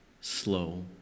slow